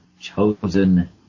chosen